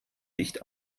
licht